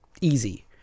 easy